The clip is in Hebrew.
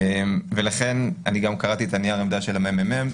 אני גם קראתי את הנייר עמדה של הממ"מ,